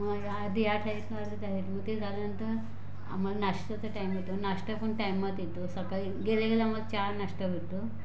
मग आधी आठला तयारी मग ते झाल्यानंतर आम्हाला नाश्त्याचा टाईम होतो नाश्ता पण टाईमात येतो सकाळी गेल्या गेल्या आम्हाला चहा नाष्टा भेटतो